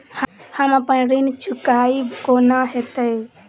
हम अप्पन ऋण चुकाइब कोना हैतय?